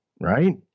Right